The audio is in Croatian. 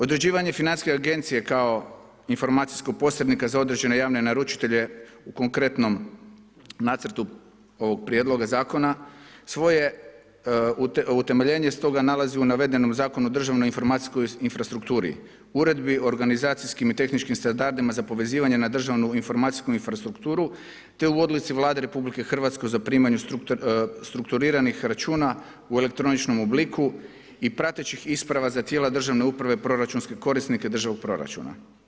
Određivanje Financijske agencije kao informacijskog posrednika za određene javne naručitelje u konkretnom nacrtu ovoga prijedloga zakona svoje utemeljenje stoga nalazi u navedenom Zakonu o državnoj informacijskoj infrastrukturi, Uredbi o organizacijskim i tehničkim standardima za povezivanje na državnu informacijsku infrastrukturu te u Odluci Vlade Republike Hrvatske o zaprimanju strukturiranih računa u elektroničkom obliku i pratećih isprava za tijela državne uprave, proračunske korisnike državnog proračuna.